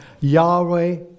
Yahweh